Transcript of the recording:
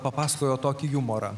papasakojo tokį jumorą